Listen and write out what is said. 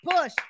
Push